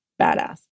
badass